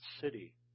city